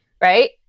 right